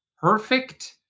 perfect